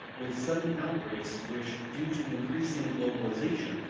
with sudden outbreaks which, due to increasing globalization,